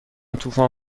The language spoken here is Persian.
طوفان